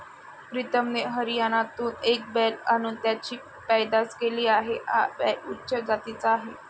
प्रीतमने हरियाणातून एक बैल आणून त्याची पैदास केली आहे, हा बैल उच्च जातीचा आहे